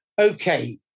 Okay